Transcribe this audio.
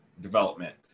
development